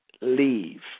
leave